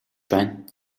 байна